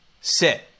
sit